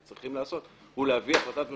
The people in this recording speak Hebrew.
צריכים לעשות הוא להביא החלטת ממשלה,